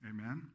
Amen